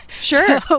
sure